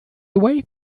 wake